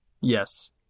Yes